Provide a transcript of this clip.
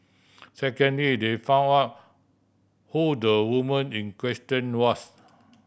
second day they found out who the woman in question was